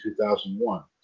2001